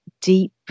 deep